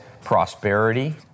prosperity